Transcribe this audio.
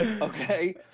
okay